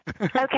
Okay